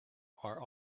are